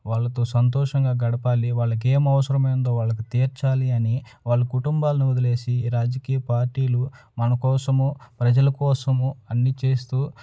వాళ్ళతో సంతోషంగా గడపాలి వాళ్ళకేంవసరమైందో వాళ్ళకి తీర్చాలి అని వాళ్ళ కుటుంబాలను వదిలేసి రాజకీయ పార్టీలు మన కోసమో ప్రజలు కోసమో అన్ని చేస్తూ